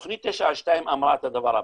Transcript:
תוכנית 922 אמרה את הדבר הבא,